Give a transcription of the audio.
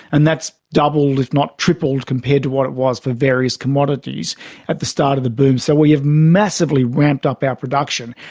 and that's doubled if not tripled compared to what it was for various commodities at the start of the boom. so we have massively ramped up our production,